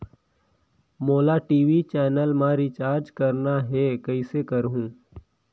मोला TV channel मा recharge करना हे, कइसे करहुँ?